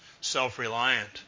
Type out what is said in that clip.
self-reliant